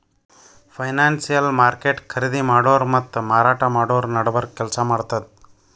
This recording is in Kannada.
ಫೈನಾನ್ಸಿಯಲ್ ಮಾರ್ಕೆಟ್ ಖರೀದಿ ಮಾಡೋರ್ ಮತ್ತ್ ಮಾರಾಟ್ ಮಾಡೋರ್ ನಡಬರ್ಕ್ ಕೆಲ್ಸ್ ಮಾಡ್ತದ್